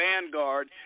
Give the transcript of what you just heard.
vanguard